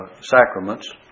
sacraments